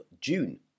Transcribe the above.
June